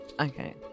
Okay